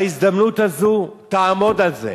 בהזדמנות הזאת תעמוד על זה,